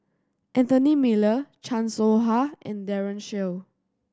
Anthony Miller Chan Soh Ha and Daren Shiau